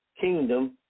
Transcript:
kingdom